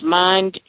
mind